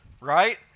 right